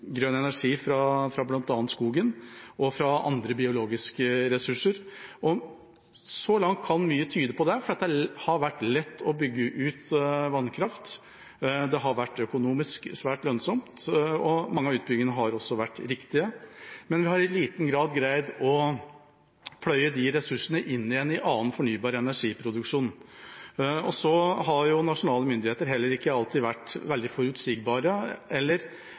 andre biologiske ressurser? Så langt kan mye tyde på det, for det har vært lett å bygge ut vannkraft. Det har vært økonomisk svært lønnsomt, og mange av utbyggingene har også vært riktige. Men vi har i liten grad greid å pløye de ressursene inn igjen i annen fornybar energiproduksjon. Nasjonale myndigheter har heller ikke alltid vært veldig forutsigbare eller